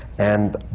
and